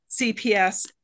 CPS